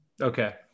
Okay